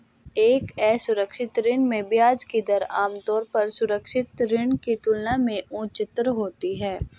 एक असुरक्षित ऋण में ब्याज की दर आमतौर पर एक सुरक्षित ऋण की तुलना में उच्चतर होती है?